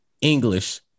English